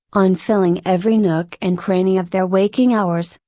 on filling every nook and cranny of their waking hours,